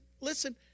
Listen